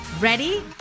Ready